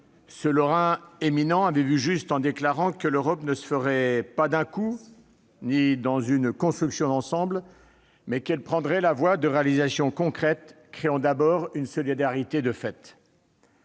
Ce Lorrain éminent avait vu juste en déclarant que l'Europe ne se ferait « pas d'un coup ni dans une construction d'ensemble », mais qu'elle prendrait la voie de « réalisations concrètes, créant d'abord une solidarité de fait